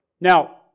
Now